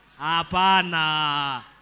Apana